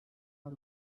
are